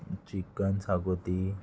chicken शाकोती